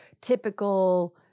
typical